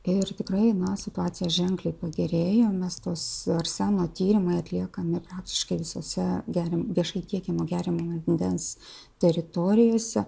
ir tikrai na situacija ženkliai pagerėjo mes tuos arseno tyrimai atliekami praktiškai visose geriam viešai tiekiamo geriamojo vandens teritorijose